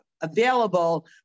available